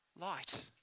light